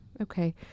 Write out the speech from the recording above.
okay